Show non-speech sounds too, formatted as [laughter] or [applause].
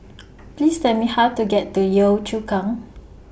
[noise] Please Tell Me How to get to Yio Chu Kang